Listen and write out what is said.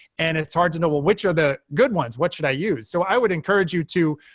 and it's hard to know, well, which are the good ones? what should i use? so i would encourage you to